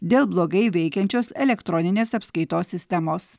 dėl blogai veikiančios elektroninės apskaitos sistemos